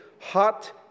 Hot